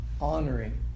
Honoring